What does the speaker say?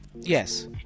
Yes